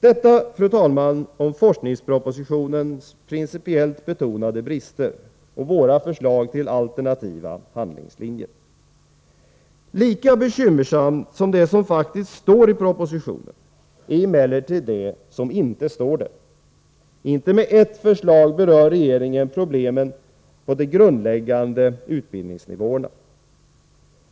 Detta, fru talman, om forskningspropositionens principiellt betonade brister och våra förslag till alternativa handlingslinjer. Lika bekymmersamt som det som faktiskt står i propositionen är emellertid det som inte står där. Inte med ett förslag berör regeringen problemen på de grundläggande utbildningsnivåerna.